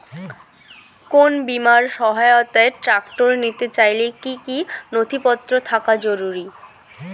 কোন বিমার সহায়তায় ট্রাক্টর নিতে চাইলে কী কী নথিপত্র থাকা জরুরি?